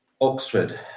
Oxford